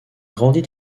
grandit